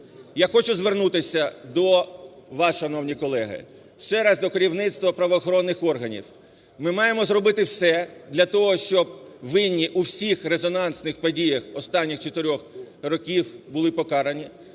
Я хочу звернутися до вас, шановні колеги, ще раз до керівництва правоохоронних органів. Ми маємо зробити все для того, щоб винні у всіх резонансних подіях останніх чотирьох років були покарані.